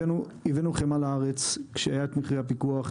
הבאנו חמאה לארץ כשהיה את מחיר הפיקוח,